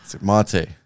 Mate